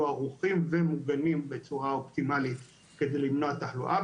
ערוכים ומוגנים בצורה אופטימלית כדי למנוע תחלואה.